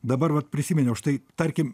dabar vat prisimeniau štai tarkim